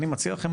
אני מציע לכם,